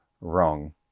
wrong